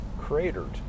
cratered